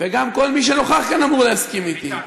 וגם כל מי שנוכח כאן אמור להסכים אתי,